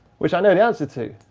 which i know the answer to